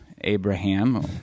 Abraham